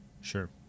sure